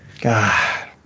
God